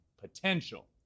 potential